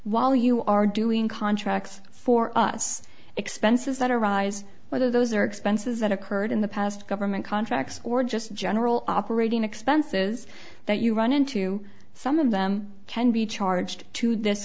while you are doing contracts for us expenses that arise whether those are expenses that occurred in the past government contracts or just general operating expenses that you run into some of them can be charged to this